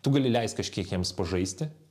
tu gali leist kažkiek jiems pažaisti